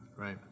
Right